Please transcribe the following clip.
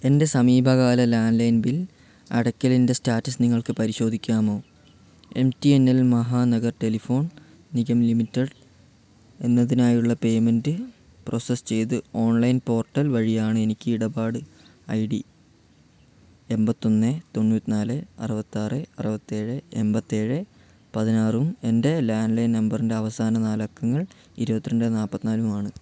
എൻ്റെ സമീപകാല landline bill അടക്കലിൻ്റെ സ്റ്റാറ്റസ് നിങ്ങൾക്ക് പരിശോധിക്കാമോ M T N L Mahanagar telephone Nigam limited എന്നതിനായുള്ള പേയ്മെൻ്റ് പ്രോസസ്സ് ചെയ്ത് ഓൺലൈൻ പോർട്ടൽ വഴിയാണ് എനിക്ക് ഇടപാട് ഐ ഡി എമ്പത്തൊന്ന് തൊണ്ണൂറ്റിനാല് അറുപത്താറ് അറുപത്തിയേഴ് എൺപത്തേഴ് പതിനാറും എൻ്റെ ലാൻഡ്ലൈൻ നമ്പറിൻ്റെ അവസാന നാലക്കങ്ങൾ ഇരുപത്തിരണ്ട് നാൽപ്പത്തിനാലുമാണ്